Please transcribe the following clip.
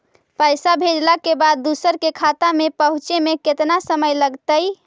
पैसा भेजला के बाद दुसर के खाता में पहुँचे में केतना समय लगतइ?